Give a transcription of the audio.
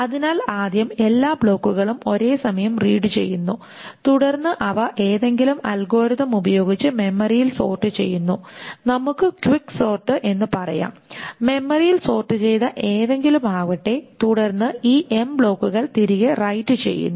അതിനാൽ ആദ്യം എല്ലാ ബ്ലോക്കുകളും ഒരേ സമയം റീഡ് ചെയ്യുന്നു തുടർന്ന് അവ ഏതെങ്കിലും അൽഗോരിതം ഉപയോഗിച്ച് മെമ്മറിയിൽ സോർട് ചെയ്യുന്നു നമുക്ക് ക്വിക്ക് സോർട് എന്ന് പറയാം മെമ്മറിയിൽ സോർട് ചെയ്ത ഏതെങ്കിലുമാവട്ടെ തുടർന്ന് ഈ ബ്ലോക്കുകൾ തിരികെ റൈറ്റ് ചെയ്യുന്നു